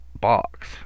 box